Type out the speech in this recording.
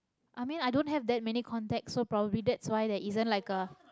i mean i don't have that many contacts so probably that's why there isn't like a